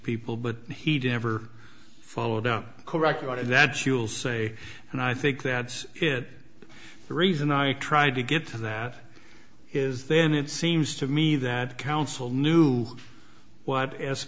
people but he didn't ever follow the correct order that she will say and i think that's it the reason i tried to get to that is then it seems to me that counsel knew what as